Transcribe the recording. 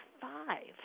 five